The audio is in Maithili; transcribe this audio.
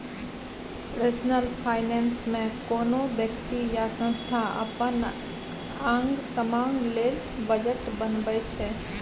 पर्सनल फाइनेंस मे कोनो बेकती या संस्था अपन आंग समांग लेल बजट बनबै छै